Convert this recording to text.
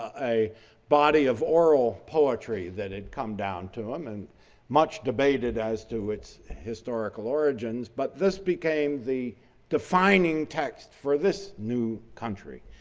ah a body of oral poetry that it come down to them and much debated as to which historical origins, but this became the defining text for this new country.